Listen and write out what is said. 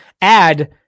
add